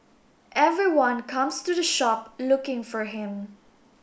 everyone comes to the shop looking for him